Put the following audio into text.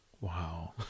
Wow